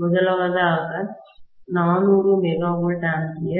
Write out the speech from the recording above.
முதலாவதாக 400 MVA 400 KV